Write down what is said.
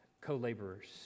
co-laborers